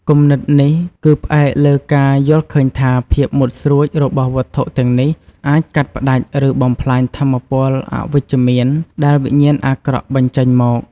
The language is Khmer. គំនិតនេះគឺផ្អែកលើការយល់ឃើញថា ភាពមុតស្រួចរបស់វត្ថុទាំងនេះអាចកាត់ផ្តាច់ ឬបំផ្លាញថាមពលអវិជ្ជមានដែលវិញ្ញាណអាក្រក់បញ្ចេញមក។